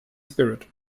spirit